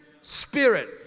spirit